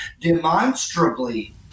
demonstrably